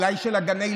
אולי של הגנים,